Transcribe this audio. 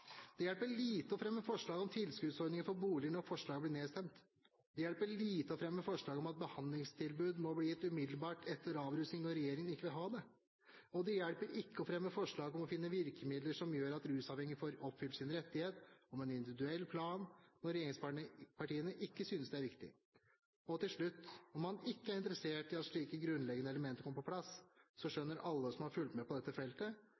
Det hjelper lite å fremme forslag om tilskuddsordninger for boliger når forslaget blir nedstemt. Det hjelper lite å fremme forslag om at behandlingstilbud må bli gitt umiddelbart etter avrusning, når regjeringen ikke vil ha det. Det hjelper ikke å fremme forslag om å finne virkemidler som gjør at rusavhengige får oppfylt sin rett til en individuell plan, når regjeringspartiene ikke synes dette er viktig. Og til slutt, når man ikke er interessert i at slike grunnleggende elementer kommer på plass, skjønner alle som har fulgt med på dette feltet,